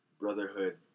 Brotherhood